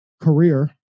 career